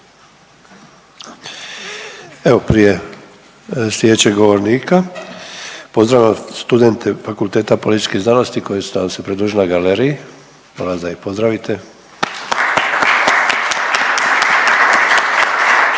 Evo prije slijedećeg govornika pozdravljam studente Fakulteta političkih znanosti koji su nam se pridružili na galeriji, molim vas da ih pozdravite…/Pljesak/….